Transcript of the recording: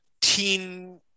teen